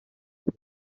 njye